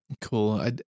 Cool